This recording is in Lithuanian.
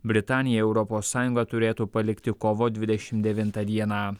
britanija europos sąjungą turėtų palikti kovo dvidešimt devintą dieną